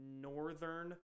northern